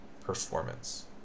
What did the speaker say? performance